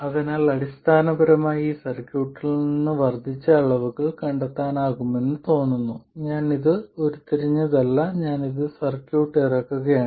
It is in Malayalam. അതിനാൽ അടിസ്ഥാനപരമായി ഈ സർക്യൂട്ടിൽ നിന്ന് വർദ്ധിച്ച അളവുകൾ കണ്ടെത്താനാകുമെന്ന് തോന്നുന്നു ഞാൻ ഇത് ഉരുത്തിരിഞ്ഞതല്ല ഞാൻ ഈ സർക്യൂട്ട് ഇറക്കുകയാണ്